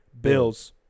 Bills